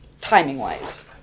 timing-wise